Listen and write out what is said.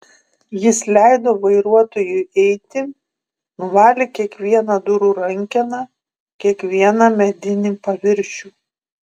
jis leido vairuotojui eiti nuvalė kiekvieną durų rankeną kiekvieną medinį paviršių